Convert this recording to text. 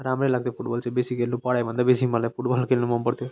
राम्रै लाग्छ फुटबल चाहिँ बेसी खेल्नु पढाइभन्दा बेसी मलाई फुटबल खेल्न मनपर्थ्यो